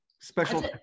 special